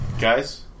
guys